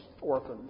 orphans